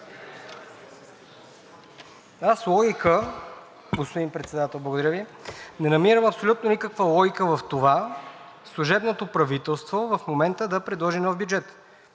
Господин Председател, благодаря Ви. Не намирам абсолютно никаква логика в това служебното правителство в момента да предложи нов бюджет.